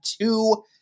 two